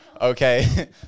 Okay